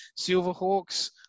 Silverhawks